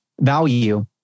value